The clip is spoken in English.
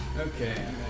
Okay